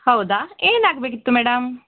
ಹೌದ ಏನಾಗಬೇಕಿತ್ತು ಮೇಡಮ್